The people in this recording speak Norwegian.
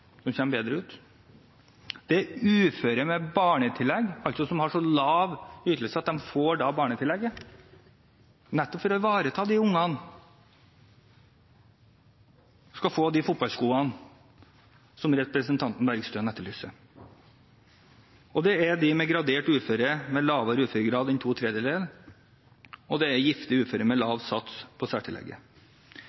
som kommer bedre ut, det er uføre med barnetillegg, som altså har så lav ytelse at de får barnetillegget, nettopp for å ivareta at de ungene skal få de fotballskoene som representanten Bergstø etterlyser, det er de med gradert uføretrygd, med lavere uføregrad enn to tredjedeler, og det er gifte uføre med lav sats på særtillegget.